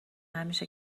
همیشه